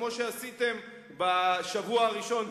כמו שעשיתם בשבוע הראשון,